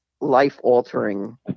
life-altering